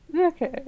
okay